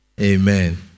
Amen